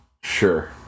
Sure